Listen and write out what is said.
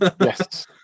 Yes